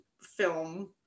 film